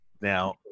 Now